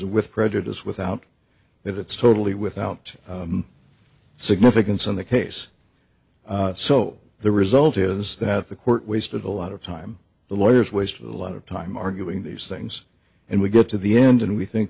of with prejudice without that it's totally without significance in the case so the result is that the court wasted a lot of time the lawyers wasted a lot of time arguing these things and we got to the end and we think